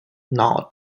not